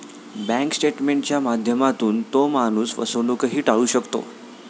bank स्टेटमेंटच्या माध्यमातून तो माणूस फसवणूकही टाळू शकतो